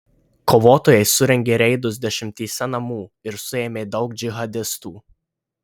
kovotojai surengė reidus dešimtyse namų ir suėmė daug džihadistų